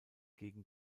gegen